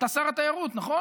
אתה שר התיירות, נכון?